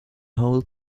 whole